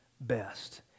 best